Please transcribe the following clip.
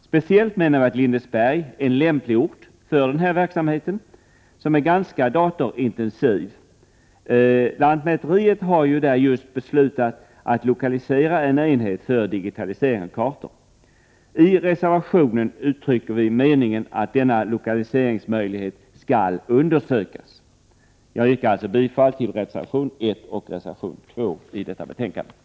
Speciellt menar vi att Lindesberg är en lämplig ort för den här verksamheten, som är ganska datorintensiv. Lantmäteriet har just beslutat att dit lokalisera en enhet för digitalisering av kartor. I reservationen uttrycker vi meningen att denna lokaliseringsmöjlighet skall undersökas. Jag yrkar som sagt bifall till reservationerna 1 och 2 i skatteutskottets betänkande 18.